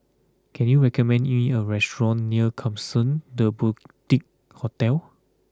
can you recommend me a restaurant near Klapsons The Boutique Hotel